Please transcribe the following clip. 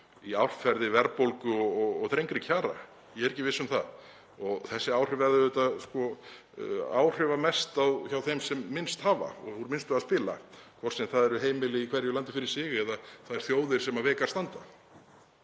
í árferði verðbólgu og þrengri kjara? Ég er ekki viss um það. Þessi áhrif verða auðvitað áhrifamest hjá þeim sem minnst hafa, sem hafa úr minnstu að spila, hvort sem það eru heimili í hverju landi fyrir sig eða þær þjóðir sem veikar standa.